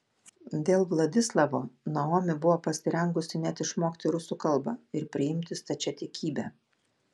dėl vladislavo naomi buvo pasirengusi net išmokti rusų kalbą ir priimti stačiatikybę